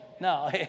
No